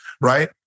right